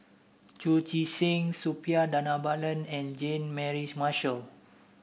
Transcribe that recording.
Chu Chee Seng Suppiah Dhanabalan and Jean Mary Marshall